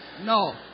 No